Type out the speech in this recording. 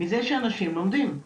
מזה שאנשים לומדים.